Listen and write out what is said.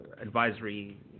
advisory